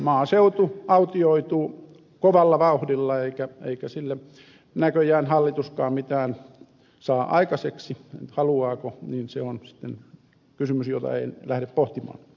maaseutu autioituu kovalla vauhdilla eikä sille näköjään hallituskaan mitään saa tehtyä haluaako se on sitten kysymys jota en lähde pohtimaan